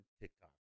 TikTok